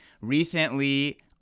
recently